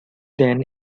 then